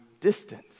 distance